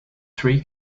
three